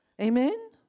amen